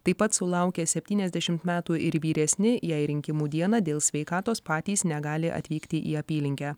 taip pat sulaukę septyniasdešimt metų ir vyresni jei rinkimų dieną dėl sveikatos patys negali atvykti į apylinkę